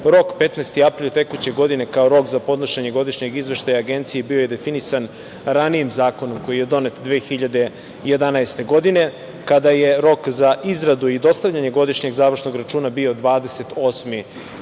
rok 15. april tekuće godine kao rok za podnošenje godišnjeg izveštaja Agenciji bio je definisan ranijim zakonom koji je donet 2011. godine kada je rok za izradu i dostavljanje godišnjeg završnog računa bio 28. februar